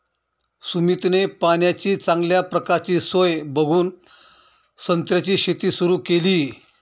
सुमितने पाण्याची चांगल्या प्रकारची सोय बघून संत्र्याची शेती सुरु केली